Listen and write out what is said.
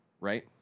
right